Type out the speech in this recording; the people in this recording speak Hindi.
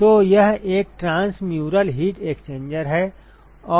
तो यह एक ट्रांसम्यूरल हीट एक्सचेंजर है और